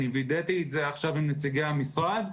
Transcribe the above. וידאתי את זה עכשיו עם נציגי המשרד.